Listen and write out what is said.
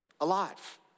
alive